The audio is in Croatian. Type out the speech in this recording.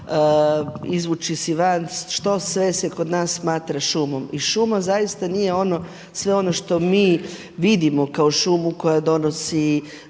izvući si van što sve se kod nas smatra šumom i šuma zaista nije sve ono što mi vidimo kao šumu koja donosi